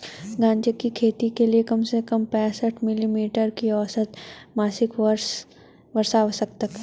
गांजे की खेती के लिए कम से कम पैंसठ मिली मीटर की औसत मासिक वर्षा आवश्यक है